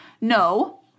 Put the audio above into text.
No